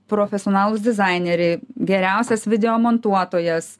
profesionalūs dizaineriai geriausias video montuotojas